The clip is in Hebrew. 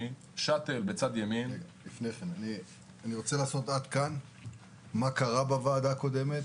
אני רוצה לסכם עד כאן מה קרה בוועדה הקודמת,